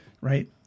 right